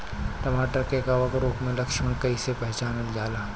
टमाटर मे कवक रोग के लक्षण कइसे पहचानल जाला?